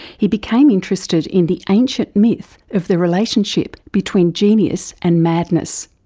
he became interested in the ancient myth of the relationship between genius and madness.